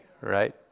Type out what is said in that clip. right